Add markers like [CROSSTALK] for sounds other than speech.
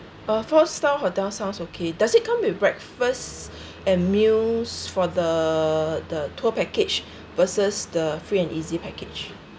uh four star hotel sounds okay does it come with breakfast [BREATH] and meals for the the tour package [BREATH] versus the free and easy package